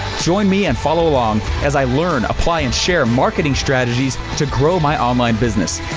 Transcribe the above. join me and follow along as i learn, apply, and share marketing strategies to grow my online business,